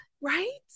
right